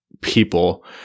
people